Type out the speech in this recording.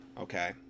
okay